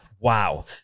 Wow